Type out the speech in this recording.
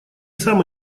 сам